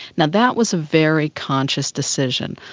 and that was a very conscious decision.